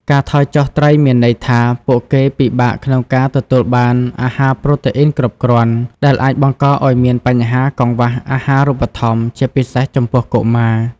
ការថយចុះត្រីមានន័យថា ពួកគេពិបាកក្នុងការទទួលបានអាហារប្រូតេអ៊ីនគ្រប់គ្រាន់ ដែលអាចបង្កឱ្យមានបញ្ហាកង្វះអាហារូបត្ថម្ភ ជាពិសេសចំពោះកុមារ។